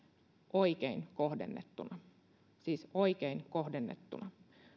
oikein kohdennettuna siis oikein kohdennettuna